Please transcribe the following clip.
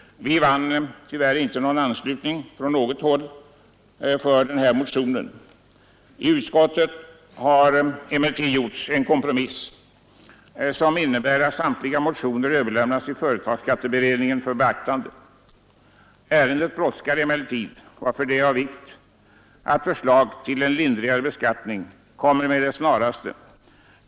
Vi vann tyvärr icke någon anslutning från något håll för vår motion. I utskottet har emellertid gjorts en kompromiss som innebär att samtliga motioner överlämnas till företagsskatteberedningen för beaktande. Ärendet brådskar emellertid, varför det är av vikt att förslag till en lindrigare beskattning kommer med det snaraste.